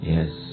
Yes